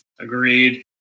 Agreed